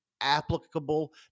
applicable